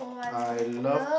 I love